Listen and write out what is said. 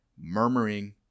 murmuring